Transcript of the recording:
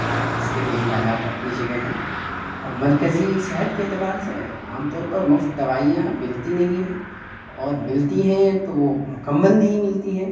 اور اس کے بھی اخراجات اپنی جگہ ہیں اور مرکزی صحت کے اعتبار سے عام طور پر مفت دوائیاں ملتی نہیں ہیں اور ملتی ہیں تو وہ مکمل نہیں ملتی ہیں